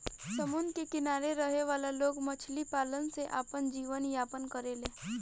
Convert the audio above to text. समुंद्र के किनारे रहे वाला लोग मछली के पालन से आपन जीवन यापन करेले